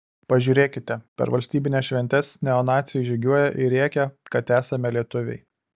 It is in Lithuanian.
pažiūrėkite per valstybines šventes neonaciai žygiuoja ir rėkia kad esame lietuviai